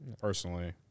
personally